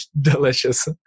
Delicious